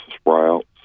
sprouts